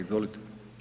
Izvolite.